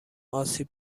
آسیب